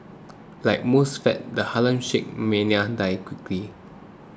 like most fads the Harlem Shake mania died quickly